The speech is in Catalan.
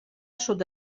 sud